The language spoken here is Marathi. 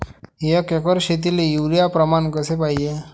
एक एकर शेतीले युरिया प्रमान कसे पाहिजे?